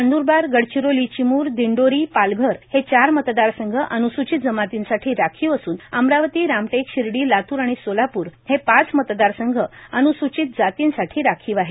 नंद्रबार गडचिरोली चिमूर दिंडोरी पालघर हे चार मतदारसंघ अन्सूचित जमातींसाठी राखीव असून अमरावती रामटेक शिर्डी लातूर आणि सोलापूर हे पाच मतदारसंघ अन्सूचित जातींसाठी राखीव आहेत